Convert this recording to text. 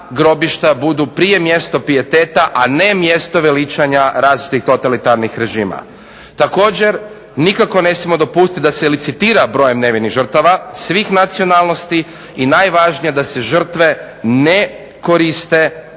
budu prije mjesto pijeteta, a ne mjesto veličanja različitih totalitarnih režima. Također, nikako ne smijemo dopustiti da se licitira brojem nevinih žrtava svih nacionalnosti. I najvažnije, da se žrtve ne koriste